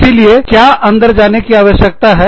इसीलिए क्या अंदर जाने की आवश्यकता है